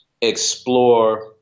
explore